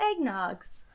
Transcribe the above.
eggnogs